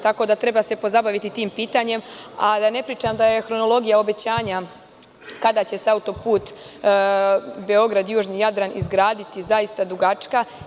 Tako da se treba pozabaviti ovim pitanjem, a da ne pričam da je hronologija obećanja kada će se autoput Beograd-južni Jadran izgraditi zaista dugačka.